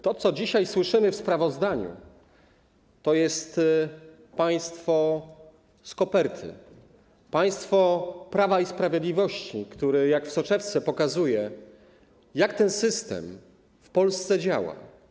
To, co dzisiaj widzimy w sprawozdaniu, to jest państwo z koperty, państwo Prawa i Sprawiedliwości, które jak w soczewce pokazuje, jak ten system w Polsce działa.